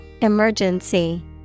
Emergency